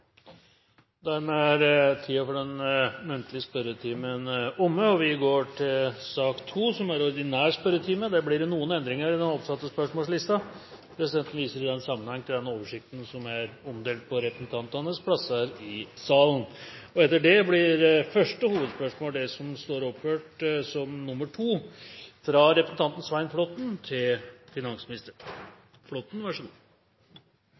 Dermed er den muntlige spørretimen omme. Det blir noen endringer i den oppsatte spørsmålslisten. Presidenten viser i den sammenheng til den oversikt som er omdelt på representantenes plasser i salen. De foreslåtte endringene i dagens spørretime foreslås godkjent. – Det anses vedtatt. Endringene var som følger: Spørsmål 1, fra representanten André Oktay Dahl til